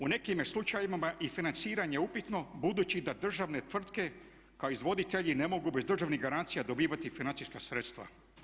U nekim slučajevima je i financiranje upitno budući da državne tvrtke kao izvoditelji ne mogu bez državnih garancija dobivati financijska sredstva.